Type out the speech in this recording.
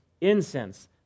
Incense